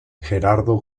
gerardo